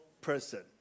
person